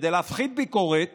כדי להפחית ביקורת